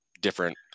different